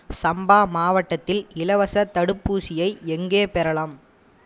சம்பா மாவட்டத்தில் இலவச தடுப்பூசியை எங்கே பெறலாம்